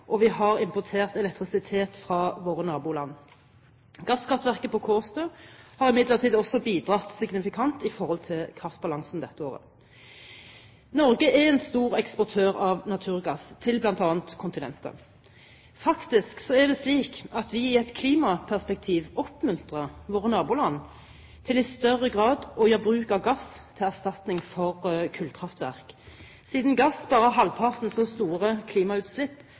og vi har importert elektrisitet fra våre naboland. Gasskraftverket på Kårstø har imidlertid også bidratt signifikant til kraftbalansen dette året. Norge er en stor eksportør av naturgass til bl.a. kontinentet. Faktisk er det slik at vi i et klimaperspektiv oppmuntrer våre naboland til i større grad å gjøre bruk av gass til erstatning for kullkraftverk, siden gass bare har halvparten så store klimautslipp